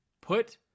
put